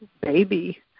baby